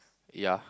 ya